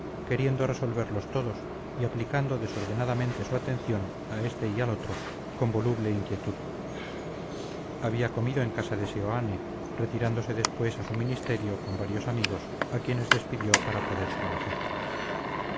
queriendo resolverlos todos y aplicando desordenadamente su atención a este y al otro con voluble inquietud había comido en casa de seoane retirándose después a su ministerio con varios amigos a quienes despidió para poder trabajar